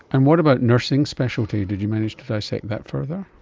and what about nursing specialty, did you manage to dissect that further?